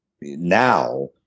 now